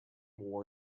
war